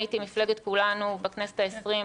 הייתי מפלגת כולנו בכנסת העשרים,